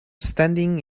standing